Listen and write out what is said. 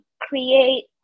create